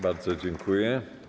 Bardzo dziękuję.